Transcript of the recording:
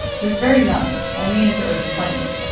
he was very young, only in his early twenty s,